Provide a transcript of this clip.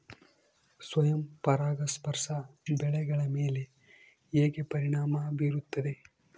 ಸ್ವಯಂ ಪರಾಗಸ್ಪರ್ಶ ಬೆಳೆಗಳ ಮೇಲೆ ಹೇಗೆ ಪರಿಣಾಮ ಬೇರುತ್ತದೆ?